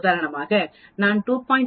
உதாரணமாக நான் 2